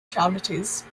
charities